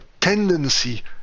tendency